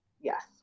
yes